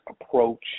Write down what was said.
approach